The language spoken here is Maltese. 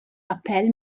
appell